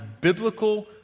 biblical